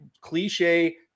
cliche